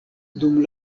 dum